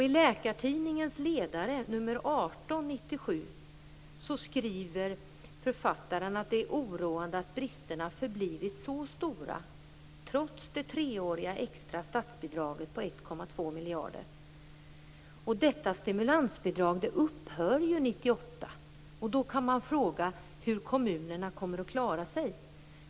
I Läkartidningens ledare nr 18/97 skriver författaren att det är oroande att bristerna förblivit så stora trots det treåriga extra statsbidraget på 1,2 miljarder. Detta stimulansbidrag upphör 1998. Då kan man fråga sig hur kommunerna kommer att klara sig.